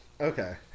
Okay